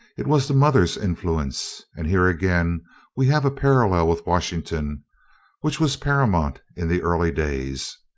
it was the mother's influence and here again we have a parallel with washington which was paramount in the early days.